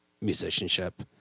musicianship